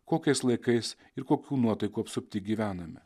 kokiais laikais ir kokių nuotaikų apsupti gyvename